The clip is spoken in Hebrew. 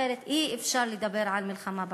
אחרת אי-אפשר לדבר על מלחמה בעוני.